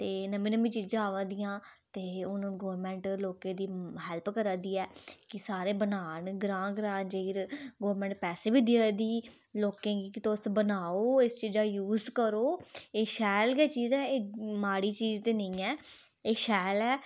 ते नमीं नमीं चीज़ां आवा दियां ते हू'न गौरमेंट लोकें दी हेल्प करा दी ऐ की सारे बनान ग्रांऽ ग्रांऽ जेई गौरमेंट पैसे बी देआ दी लोकें गी की तुस बनाओ इसी जेइयै यूज़ करो एह् शैल गै चीज़ ऐ एह् माड़ी चीज़ ते निं ऐ एह् शैल ऐ